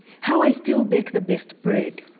how i still bake the best bread.